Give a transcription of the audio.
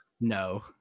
no